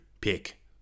pick